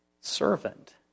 servant